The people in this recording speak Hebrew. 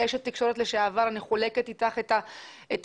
כאשת תקשורת לשעבר אני חולקת איתך את ההבנה